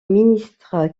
ministre